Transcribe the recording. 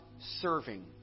serving